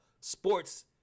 sports